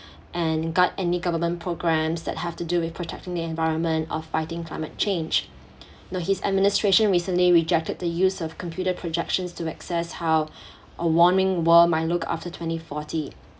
and guard any government programs that have to do with protecting the environment of fighting climate change nor his administration recently rejected the use of computer projections to access how a warming world might look after twenty forty